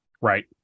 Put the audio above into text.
right